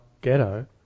ghetto